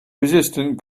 resistant